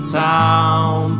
town